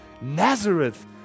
Nazareth